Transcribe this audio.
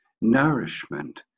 nourishment